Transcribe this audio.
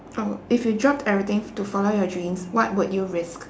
oh if you dropped everything to follow your dreams what would you risk